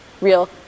real